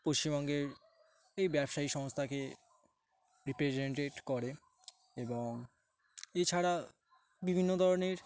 পশ্চিমবঙ্গের এই ব্যবসায়ী সংস্থাকে রিপ্রেজেন্ট করে এবং এছাড়া বিভিন্ন ধরনের